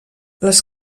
les